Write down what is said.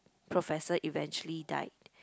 professor eventually died